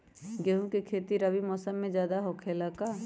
गेंहू के खेती रबी मौसम में ज्यादा होखेला का?